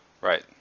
Right